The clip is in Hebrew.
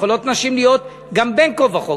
יכולות להיות נשים בין כה וכה,